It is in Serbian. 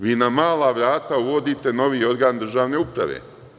Vi na mala vrata uvodite novi organ državne uprave.